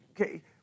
okay